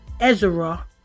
Ezra